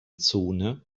zone